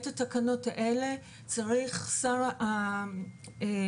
את התקנות האלה צריך שר הביטחון,